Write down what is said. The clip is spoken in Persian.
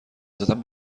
زدن